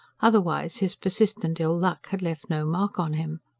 otherwise his persistent ill-luck had left no mark on him.